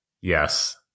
Yes